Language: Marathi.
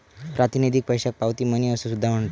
प्रातिनिधिक पैशाक पावती मनी असो सुद्धा म्हणतत